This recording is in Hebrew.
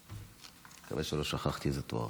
אני מקווה שלא שכחתי איזה תואר.